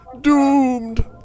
Doomed